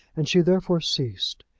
and she therefore ceased.